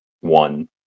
one